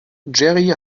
jerry